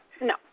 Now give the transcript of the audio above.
no